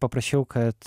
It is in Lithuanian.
paprašiau kad